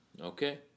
Okay